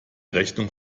rechnung